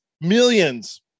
Millions